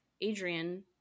Adrian